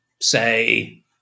say